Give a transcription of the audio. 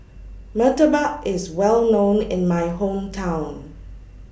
Murtabak IS Well known in My Hometown